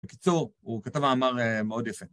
בקיצור הוא כתב מאמר מאוד יפה